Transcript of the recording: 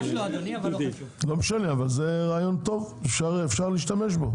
זה רעיון טוב שאפשר להשתמש בו.